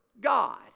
God